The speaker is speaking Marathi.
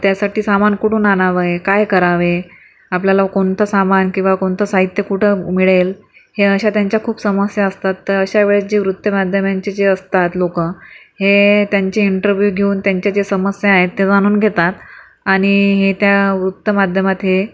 त्यासाठी सामान कुठून आणावे काय करावे आपल्याला कोणतं सामान किंवा कोणतं साहित्य कुठं मिळेल ह्या अशा त्यांच्या खूप समस्या असतात तर अशा वेळेस जे वृत्तमाध्यमांची जी असतात लोक हे त्यांचे इंटरव्ह्यू घेऊन त्यांच्या ज्या समस्या आहेत त्या जाणून घेतात आणि हे त्या वृत्तमाध्यमात हे